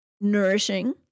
nourishing